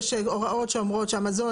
יש הוראות שאומרות שהמזון,